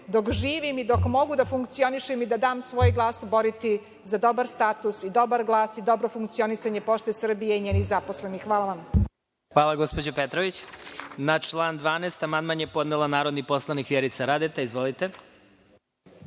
dok živim i dok mogu da funkcionišem i da dam svoj glas, boriti za dobar status i dobar glas i dobro funkcionisanje „Pošte Srbije“ i njenih zaposlenih. Hvala. **Vladimir Marinković** Hvala gospođo Petrović. Na član 12. amandman je podnela narodni poslanik Vjerica Radeta. Izvolite.